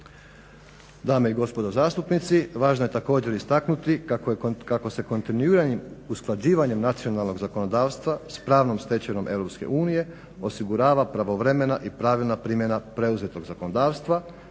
Dame i gospodo zastupnici, važno je također istaknuti kako se kontinuiranim usklađivanjem nacionalnog zakonodavstva s pravnom stečevinom EU osigurava pravovremena i pravilna primjena preuzetog zakonodavstva